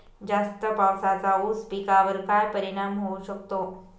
जास्त पावसाचा ऊस पिकावर काय परिणाम होऊ शकतो?